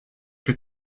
que